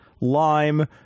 lime